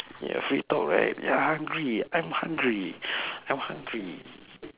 ya if we talk right ya hungry I'm hungry I'm hungry